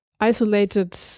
isolated